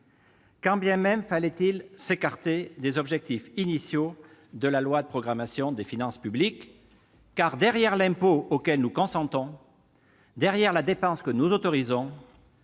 quand bien même il fallait, pour cela, s'écarter des objectifs initiaux de la loi de programmation des finances publiques. En effet, derrière l'impôt auquel nous consentons, derrière la dépense que nous autorisons,